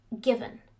given